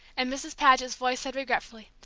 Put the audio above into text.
and mrs paget's voice said regretfully,